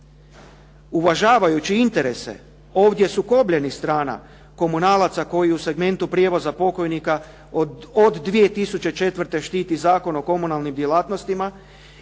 Uvažajući interese ovdje sukobljenih strana komunalaca koji u segmentu prijevoza pokojnika od 2004. štiti Zakon o komunalnim djelatnostima